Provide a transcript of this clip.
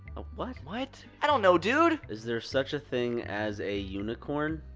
what? what? i don't know, dude! is there such a thing as a unicorn?